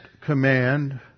command